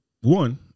one